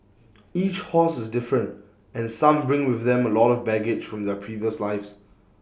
each horse is different and some bring with them A lot of baggage from their previous lives